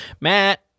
Matt